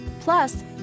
Plus